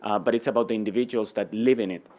um but it's about the individuals that live in it.